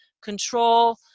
control